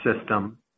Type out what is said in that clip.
system